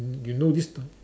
you know this t~